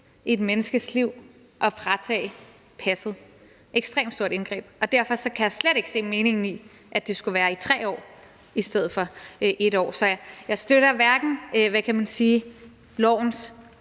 i et menneskes liv at fratage det passet, ekstremt stort indgreb, og derfor kan jeg slet ikke se meningen i, at det skulle være i 3 år i stedet for 1 år. Så jeg støtter hverken lovens